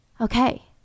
Okay